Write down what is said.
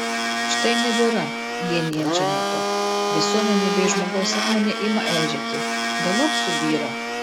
štai nebėra vienijančio mito visuomenė bei žmogaus sąmonė ima eižėti galop subyra